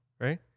right